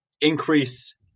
increase